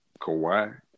Kawhi